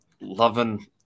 loving